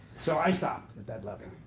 so i stopped at that level,